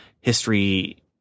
history